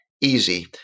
easy